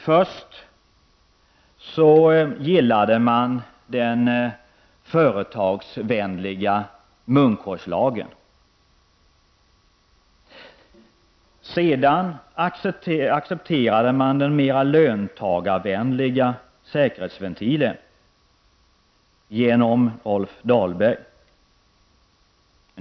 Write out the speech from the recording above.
Först gillade man den företagsvänliga munkorgslagen. Sedan accepterade man genom Rolf Dahlberg den mer löntagarvänliga säkerhetsventilen.